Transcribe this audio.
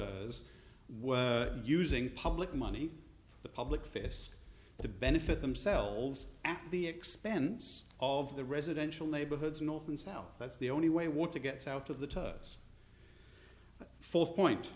e using public money the public face to benefit themselves at the expense of the residential neighborhoods north and south that's the only way water gets out of the fourth point